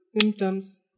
symptoms